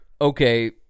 okay